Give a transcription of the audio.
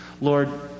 Lord